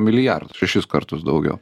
milijardu šešis kartus daugiau